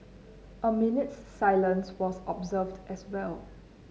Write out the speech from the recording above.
a minute's silence was observed as well